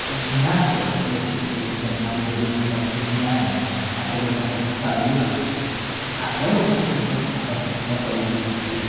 ज्ञात व्यक्तींकडून ज्यांना रिजर्वेशन बाबतीत ज्ञान आहे अशा लोकांकडून चालवलं जातं आहे अशा लोकांकडून महाराष्ट्रातल्या पॉलिसीससाठी